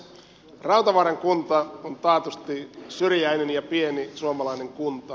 rautavaaran kunta on taatusti syrjäinen ja pieni suomalainen kunta